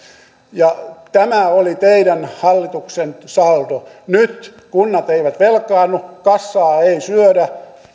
ja tämä oli teidän hallituksen saldo nyt kunnat eivät velkaannu kassaa ei syödä